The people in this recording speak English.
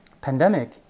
Pandemic